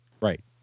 Right